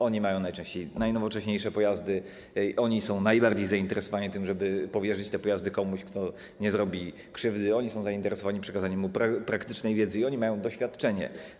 Oni mają najczęściej najnowocześniejsze pojazdy, oni są najbardziej zainteresowani tym, żeby powierzyć te pojazdy komuś, kto nie zrobi krzywdy, oni są zainteresowani przekazaniem mu praktycznej wiedzy i oni mają doświadczenie.